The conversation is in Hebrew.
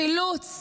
חילוץ